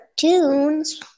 cartoons